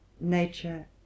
nature